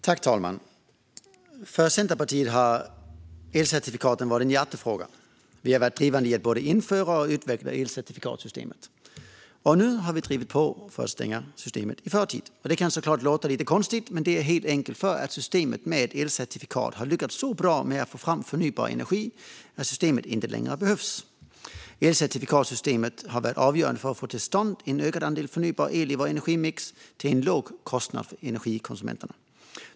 Fru talman! För Centerpartiet har elcertifikaten varit en hjärtefråga. Vi har varit drivande i att både införa och utveckla elcertifikatssystemet. Och nu har vi drivit på för att stänga systemet i förtid. Det kan såklart låta konstigt, men det är helt enkelt för att systemet med elcertifikat har lyckats så bra med att få fram förnybar energi att systemet inte längre behövs. Elcertifikatssystemet har varit avgörande för att få till stånd en ökad andel förnybar el i vår energimix till en låg kostnad för elkonsumenterna.